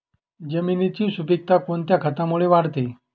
जमिनीची सुपिकता कोणत्या खतामुळे वाढते?